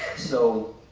so